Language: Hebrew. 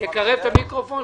אסקור את הדברים בצורה מסודרת,